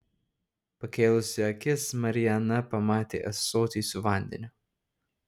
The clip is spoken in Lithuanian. pakėlusi akis mariana pamatė ąsotį su vandeniu